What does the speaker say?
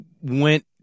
went